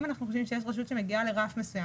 אם אנחנו חושבים שיש רשות שמגיעה לרף מסוים